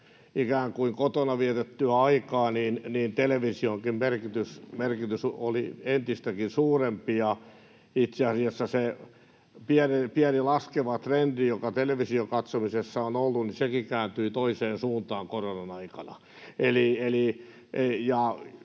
ikään kuin kotona vietettyä aikaa, niin televisionkin merkitys oli entistä suurempi. Itse asiassa se pieni laskeva trendi, joka television katsomisessa on ollut, kääntyi toiseen suuntaan koronan aikana.